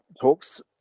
talks